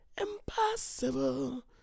Impossible